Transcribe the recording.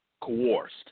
coerced